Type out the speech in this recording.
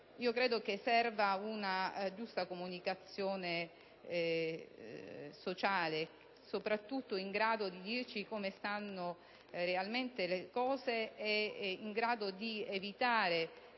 infine, che serva una giusta comunicazione sociale, che sia soprattutto in grado di dirci come stanno realmente le cose e di evitare